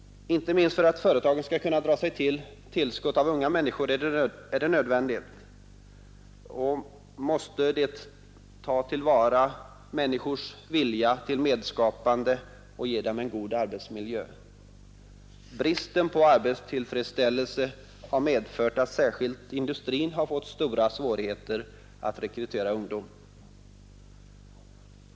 Inte minst för att företagen skall kunna få det tillskott av unga människor som är nödvändigt, måste de ta till vara människors vilja till medskapande och ge dem en god arbetsmiljö. Bristen på arbetstillfredsställelse har medfört att särskilt industrin har fått stora svårigheter att rekrytera ungdom.